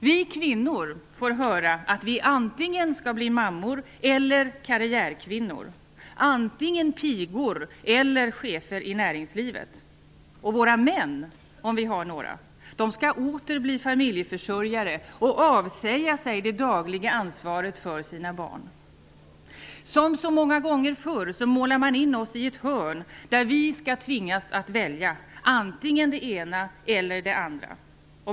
Vi kvinnor får höra att vi antingen skall bli mammor eller karriärkvinnor, antingen pigor eller chefer i näringslivet. Våra män, om vi har några, skall åter bli familjeförsörjare och avsäga sig det dagliga ansvaret för sina barn. Som så många gånger förr målar man in oss i ett hörn där vi tvingas att välja, antingen det ena eller det andra.